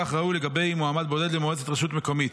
כך ראוי לגבי מועמד בודד למועצת רשות מקומית.